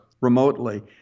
remotely